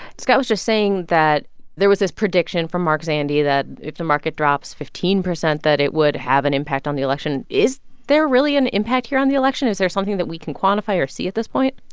scott was just saying that there was this prediction from mark zandi that if the market drops fifteen percent, that it would have an impact on the election. is there really an impact here on the election? is there something that we can quantify or see at this point?